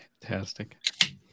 Fantastic